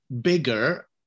bigger